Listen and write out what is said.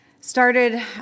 Started